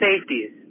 safeties